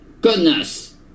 goodness